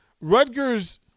Rutgers